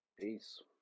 peace